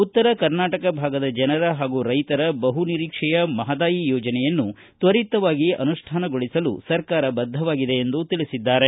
ಉತ್ತರ ಕರ್ನಾಟಕ ಭಾಗದ ಜನರ ಹಾಗೂ ರೈತರ ಬಹು ನಿರೀಕ್ಷೆಯ ಮಹದಾಯಿ ಯೋಜನೆಯನ್ನು ತ್ವರಿತವಾಗಿ ಅನುಷ್ಠಾನಗೊಳಿಸಲು ಸರ್ಕಾರ ಬದ್ದವಾಗಿದೆ ಎಂದು ತಿಳಿಸಿದ್ದಾರೆ